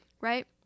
right